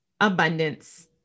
abundance